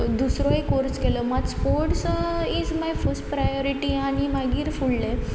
दुसरोय course केलो मात sports is मायर फस्ट प्रायोरिटी आनी मागीर फुडलें